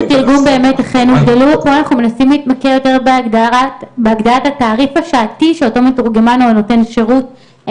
אנחנו מנסים להתמקד בהגדלת התעריף השעתי של המתורגמן או נותן השירות.